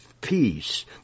peace